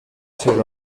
ser